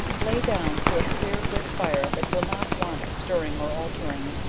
lay down to a clear good fire that will not want stirring or altering,